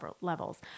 levels